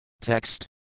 Text